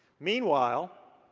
meanwhile,